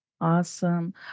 Awesome